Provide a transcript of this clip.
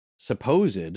Supposed